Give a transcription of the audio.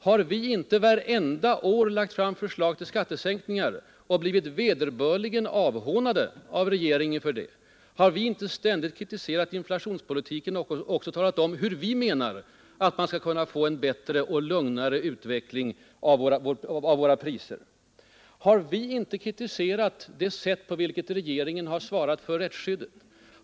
Har vi inte vartenda år lagt fram förslag till skattesänkningar och blivit vederbörligen avhånade av regeringen för det? Har vi inte ständigt kritiserat inflationspolitiken och talat om hur vi menar att man skulle kunna få en bättre och lugnare utveckling av priserna? Har vi inte kritiserat det sätt på vilket regeringen har svarat för rättsskyddet?